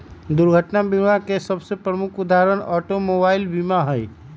दुर्घटना बीमा के सबसे प्रमुख उदाहरण ऑटोमोबाइल बीमा हइ